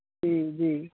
जी जी